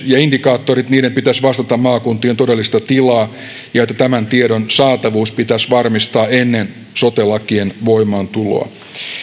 ja indikaattorien pitäisi vastata maakuntien todellista tilaa ja että tämän tiedon saatavuus pitäisi varmistaa ennen sote lakien voimaantuloa